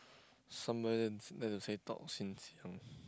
somebody like to say talk since young